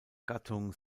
gattung